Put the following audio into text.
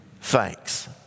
thanks